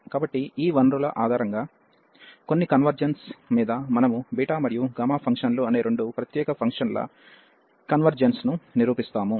కాబట్టి ఈ వనరుల ఆధారంగా కొన్ని కన్వెర్జెన్స్ మీద మనము బీటా మరియు గామా ఫంక్షన్లు అనే రెండు ప్రత్యేక ఫంక్షన్ల కన్వెర్జెన్స్ ను నిరూపిస్తాము